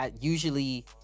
usually